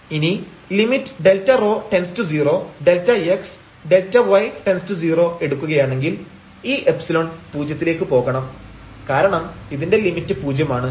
ഇനി limit Δρ→0 Δx Δy→0 എടുക്കുകയാണെങ്കിൽ ഈ എപ്സിലൺ പൂജ്യത്തിലേക്ക് പോകണം കാരണം ഇതിന്റെ ലിമിറ്റ് പൂജ്യമാണ്